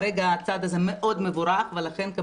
כרגע הצעד הזה מבורך מאוד ולכן אנחנו